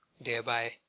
thereby